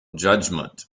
judgment